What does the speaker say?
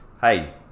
hey